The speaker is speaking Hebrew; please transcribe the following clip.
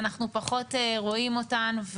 אנחנו פחות רואים אותן,